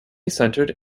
centered